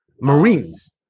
marines